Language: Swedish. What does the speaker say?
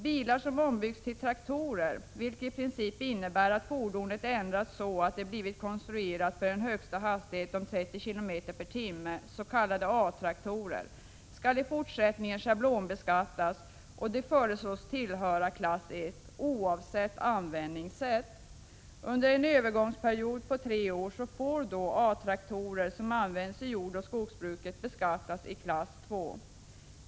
Bilar som ombyggts till traktorer, vilket i princip innebär att fordonet ändrats så att det får en högsta hastighet på 30 km/tim, s.k. A-traktorer, skall i fortsättningen schablonbeskattas. De föreslås tillhöra klass I, oavsett användningssätt. Under en övergångsperiod på tre år får dock A-traktorer som används i jordoch skogsbruket beskattas enligt klass II.